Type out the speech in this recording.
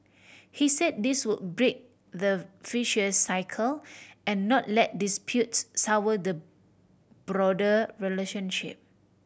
he said this would break the vicious cycle and not let disputes sour the broader relationship